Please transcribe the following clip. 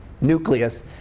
nucleus